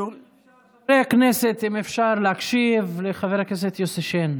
חברי הכנסת, אם אפשר להקשיב לחבר הכנסת יוסי שיין.